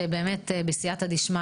שבאמת בעזרת השם,